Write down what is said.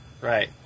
Right